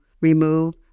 remove